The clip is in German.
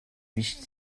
wischt